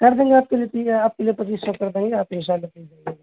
کر دیں گے آپ کے لیے ٹھیک ہے آپ کے لیے پیسے کم کر دیں گے آپ ان شاءاللہ